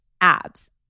abs